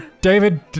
David